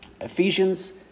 Ephesians